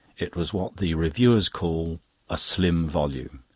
it was what the reviewers call a slim volume.